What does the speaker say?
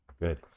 Good